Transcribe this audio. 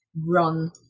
run